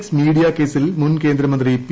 X media കേസിൽ മുൻ കേന്ദ്രമന്ത്രി പി